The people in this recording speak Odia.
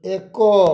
ଏକ